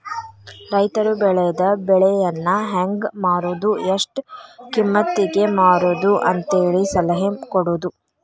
ರೈತರು ಬೆಳೆದ ಬೆಳೆಯನ್ನಾ ಹೆಂಗ ಮಾರುದು ಎಷ್ಟ ಕಿಮ್ಮತಿಗೆ ಮಾರುದು ಅಂತೇಳಿ ಸಲಹೆ ಕೊಡುದು